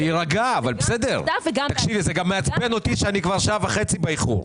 זה גם מעצבן אותי שכבר שעה וחצי אני באיחור.